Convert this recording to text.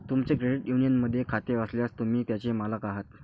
तुमचे क्रेडिट युनियनमध्ये खाते असल्यास, तुम्ही त्याचे मालक आहात